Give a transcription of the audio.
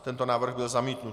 Tento návrh byl zamítnut.